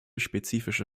spezifische